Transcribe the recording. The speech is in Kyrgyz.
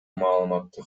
маалыматты